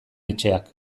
etxeak